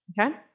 Okay